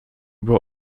była